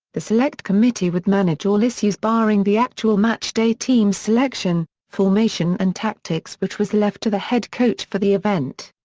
the select committee would manage all issues barring the actual match day team selection, formation and tactics which was left to the head coach for the event.